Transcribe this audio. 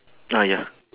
ah ya